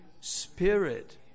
Spirit